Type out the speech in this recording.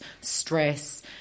stress